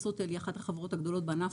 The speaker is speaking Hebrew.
ישרוטל היא אחת החברות הגדולות בענף